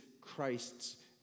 Christ's